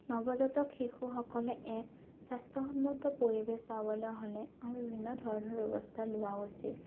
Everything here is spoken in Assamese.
নৱজাতক শিশুসকলে এক স্বাস্থ্যসন্মত পৰিৱেশ পাবলৈ হ'লে বিভিন্ন ধৰণৰ ব্যৱস্থা লোৱা উচিত